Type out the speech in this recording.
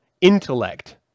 intellect